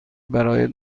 برایت